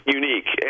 unique